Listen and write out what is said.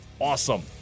awesome